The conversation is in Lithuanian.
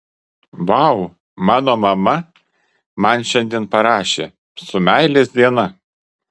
vau mano mama man šiandien parašė su meilės diena